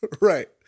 Right